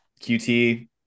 QT